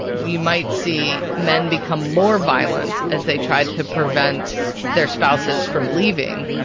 you might see men become more violent as they try to prevent their spouses from leaving.